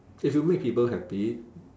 if you make people happy